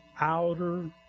outer